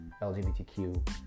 LGBTQ